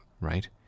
right